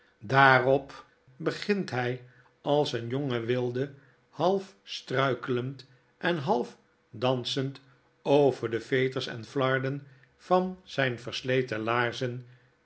daarop begint hy als een jonge wilde half struikelend en half dansend over de veters en harden van zyne versleten laarzen